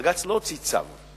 בג"ץ לא הוציא צו.